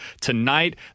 tonight